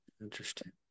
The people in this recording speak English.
Interesting